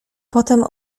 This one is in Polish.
potem